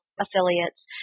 affiliates